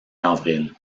avril